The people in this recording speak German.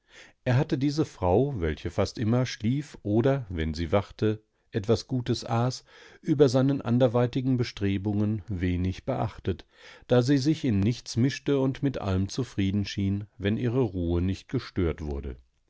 er hatte diese frau welche fast immer schlief oder wenn sie wachte etwas gutes aß über seinen anderweitigen bestrebungen wenig beachtet da sie sich in nichts mischte und mit allem zufrieden schien wenn ihre ruhe nicht gestört wurde